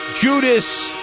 Judas